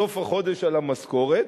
בסוף החודש על המשכורת.